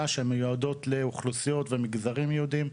שמיועדות לאוכלוסיות ומגזרים ייעודיים,